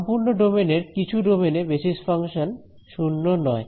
সম্পূর্ণ ডোমেন এর কিছু ডোমেন এ বেসিস ফাংশন 0 নয়